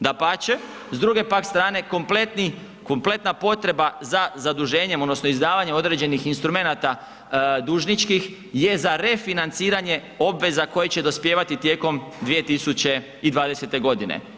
Dapače, s druge pak strane kompletna potreba za zaduženjem odnosno izdavanjem određenih instrumenata dužničkih je za refinanciranje obveza koje će dospijevati tijekom 2020. godine.